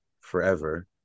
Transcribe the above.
forever